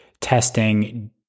testing